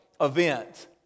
event